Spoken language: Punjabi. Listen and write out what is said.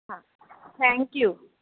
ਹਾਂ ਥੈਂਕ ਯੂ